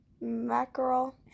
Mackerel